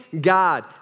God